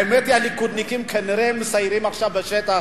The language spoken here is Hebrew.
האמת היא שהליכודניקים כנראה מסיירים עכשיו בשטח.